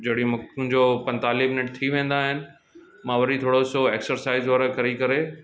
जडहिं मुंहिंजो पंजतालीह मिंट थी वेंदा आहिनि मां वरी थोरो सो एक्सरसाइज वगै़रह करी करे